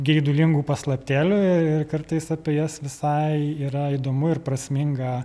geidulingų paslaptėlių ir kartais apie jas visai yra įdomu ir prasminga